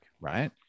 right